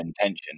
intention